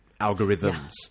algorithms